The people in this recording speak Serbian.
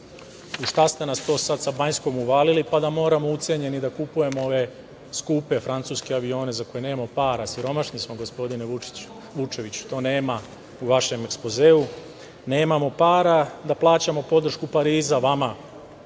U šta ste nas to sada sa Banjskom uvalili, pa da moramo ucenjeni da kupujemo ove skupe Francuske avione za koje nemamo para, siromašni smo, gospodine Vučeviću? To nema u vašem ekspozeu. Nemamo para da plaćamo podršku Pariza vama